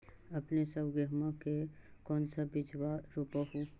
अपने सब गेहुमा के कौन सा बिजबा रोप हू?